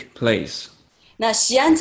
place